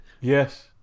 yes